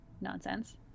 nonsense